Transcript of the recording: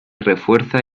refuerza